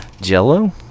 Jello